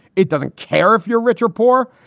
it doesn't care if you're rich or poor,